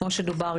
כמו שדובר,